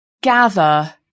Gather